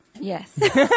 Yes